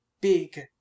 big